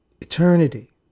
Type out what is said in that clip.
eternity